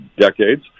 decades